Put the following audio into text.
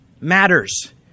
matters